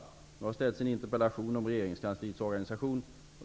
Nu har det ställts en interpellation om regeringskansliets organisation.